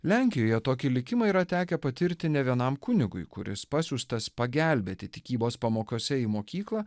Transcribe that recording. lenkijoje tokį likimą yra tekę patirti ne vienam kunigui kuris pasiųstas pagelbėti tikybos pamokose į mokyklą